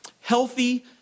healthy